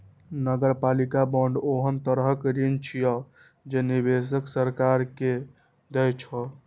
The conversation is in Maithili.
नगरपालिका बांड ओहन तरहक ऋण छियै, जे निवेशक सरकार के दै छै